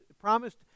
promised